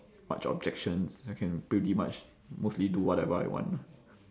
much objections I can pretty much mostly do whatever I want